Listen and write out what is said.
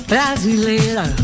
Brasileira